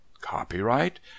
Copyright